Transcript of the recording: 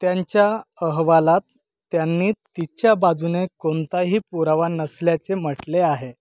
त्यांच्या अहवालात त्यांनी तिच्या बाजूने कोणताही पुरावा नसल्याचे म्हटले आहे